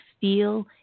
feel